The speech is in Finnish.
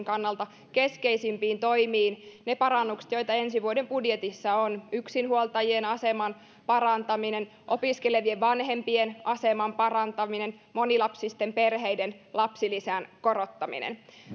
kannalta keskeisimpiin toimiin ne parannukset joita ensi vuoden budjetissa on yksinhuoltajien aseman parantaminen opiskelevien vanhempien aseman parantaminen monilapsisten perheiden lapsilisän korottaminen